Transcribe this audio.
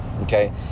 okay